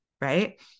right